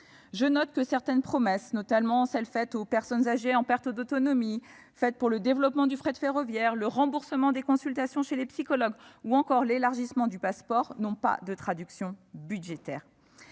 cet égard que certaines promesses, notamment celles qui ont été faites aux personnes âgées en perte d'autonomie et pour le développement du fret ferroviaire, le remboursement des consultations chez les psychologues ou l'élargissement du Pass'Sport, n'ont toujours pas de traduction budgétaire.